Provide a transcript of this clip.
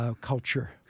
Culture